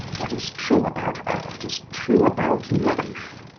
what is true about art is true about life.